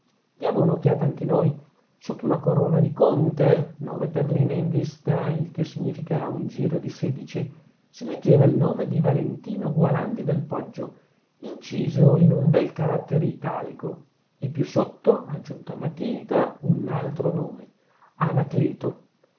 diamo un'occhiata anche noi sotto una corona di conte nove perline in vista il che significa un giro di sedici si leggeva il nome di valentino gualandi del poggio inciso in un bel carattere italico e più sotto aggiunto a matita un altro nome anacleto